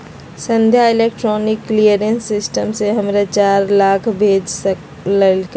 संध्या electronic clearing system से हमरा चार लाख भेज लकई ह